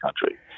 country